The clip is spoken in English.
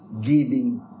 giving